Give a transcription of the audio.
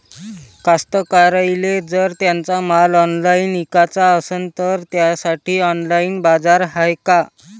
कास्तकाराइले जर त्यांचा माल ऑनलाइन इकाचा असन तर त्यासाठी ऑनलाइन बाजार हाय का?